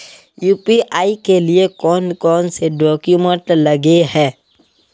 UPI के लिए कौन कौन से डॉक्यूमेंट लगे है?